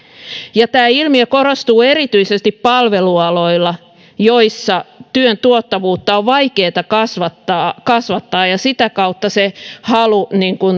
tämä ilmiö korostuu erityisesti palvelualoilla joilla työn tuottavuutta on vaikeata kasvattaa kasvattaa ja sitä kautta halu